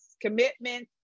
commitment